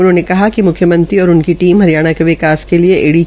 उन्होंने कहा मुख्यमंत्री और उनकी टीम हरियाणा के विकास के लिए ऐड़ी